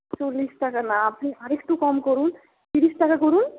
চল্লিশ টাকা না আপনি আর একটু কম করুন ত্রিশ টাকা করুন